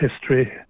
history